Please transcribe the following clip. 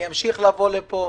אני אמשיך להגיע לפה,